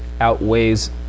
outweighs